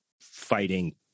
fighting